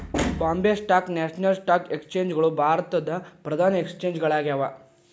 Bombay stock national stock exchange ಗಳು ಭಾರತದ್ ಪ್ರಧಾನ ಎಕ್ಸ್ಚೇಂಜ್ ಗಳಾಗ್ಯಾವ